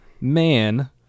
man